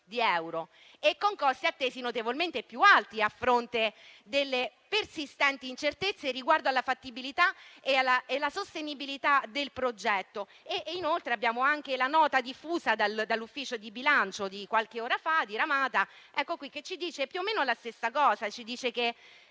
di euro, con costi attesi notevolmente più alti, a fronte delle persistenti incertezze riguardo alla fattibilità e alla sostenibilità del progetto. Inoltre, abbiamo anche la nota diffusa dall'Ufficio di bilancio qualche ora fa, che dice più o meno la stessa cosa. Essa dice che